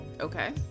Okay